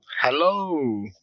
Hello